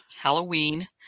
Halloween